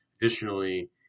Additionally